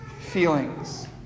feelings